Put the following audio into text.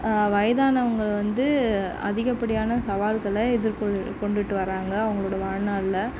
வயதானவங்க வந்து அதிகப்படியான சவால்களை எதிர் கொள் கொண்டுட்டு வராங்க அவங்களோட வாழ்நாளில்